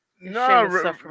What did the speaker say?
No